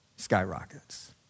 skyrockets